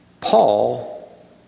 Paul